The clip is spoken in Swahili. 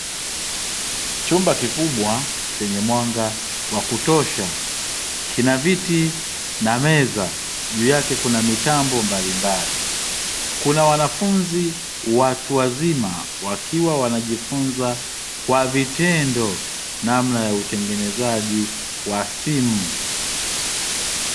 Chumba kikubwa chenye mwanga wa kutosha, kina viti na meza juu yake kuna mitambo mbalimbali. Kuna wanafunzi watu wazima wakiwa wanajifunza kwa vitendo namna ya utengenezaji wa simu.